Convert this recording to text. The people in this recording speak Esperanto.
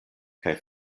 kaj